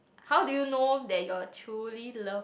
how do you know that you are truly loved